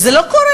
וזה לא קורה.